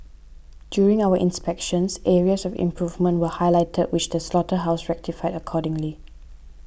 during our inspections areas of improvement were highlighted which the slaughterhouse rectified accordingly